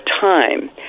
time